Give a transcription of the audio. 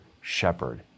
shepherd